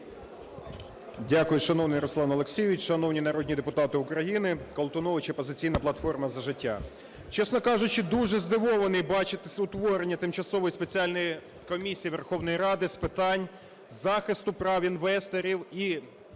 Дякую. Шановний Руслан Олексійович, шановні народні депутати України! Колтунович, "Опозиційна платформа - За життя". Чесно кажучи, дуже здивований бачити утворення Тимчасової спеціальної комісії Верховної Ради з питань захисту прав інвесторів,